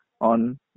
on